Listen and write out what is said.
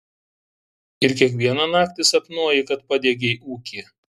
ir kiekvieną naktį sapnuoji kad padegei ūkį